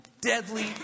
deadly